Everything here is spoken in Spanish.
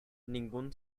ningún